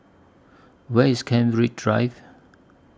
Where IS Kent Ridge Drive